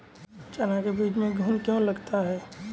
चना के बीज में घुन क्यो लगता है?